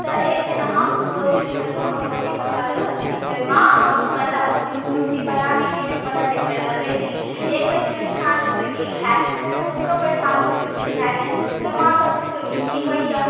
तऽ एक दिन हम कोशिश करलहुॅं हम मम्मी के कहलहुॅं जे माँ हमहुॅं कनीटा हमहुॅं मूर्ति बनाबी कहेन बनत एकबेर देखै छी एक बेर माटि सानी तऽ गील भय गेल फेर दोसरो बेर सानी तऽ गील भय गेल तऽ माँ सॅं पुछलहुॅं ई की होइया